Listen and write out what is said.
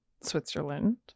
Switzerland